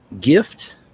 gift